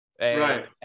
Right